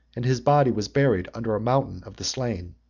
and his body was buried under a mountain of the slain.